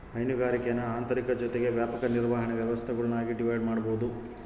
ಹೈನುಗಾರಿಕೇನ ಆಂತರಿಕ ಜೊತಿಗೆ ವ್ಯಾಪಕ ನಿರ್ವಹಣೆ ವ್ಯವಸ್ಥೆಗುಳ್ನಾಗಿ ಡಿವೈಡ್ ಮಾಡ್ಬೋದು